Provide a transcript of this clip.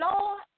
Lord